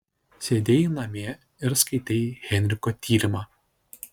sėdėjai namie ir skaitei henriko tyrimą